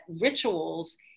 rituals